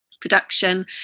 production